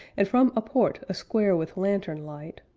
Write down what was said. and from a port a-square with lantern light,